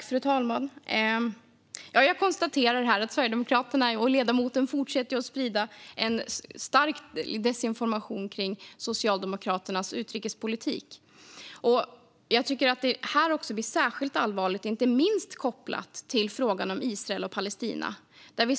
Fru talman! Jag konstaterar att Sverigedemokraterna och ledamoten fortsätter att sprida en stark desinformation kring Socialdemokraternas utrikespolitik. Jag tycker att detta blir särskilt allvarligt inte minst kopplat till frågan om Israel och Palestina.